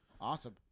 Awesome